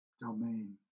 domain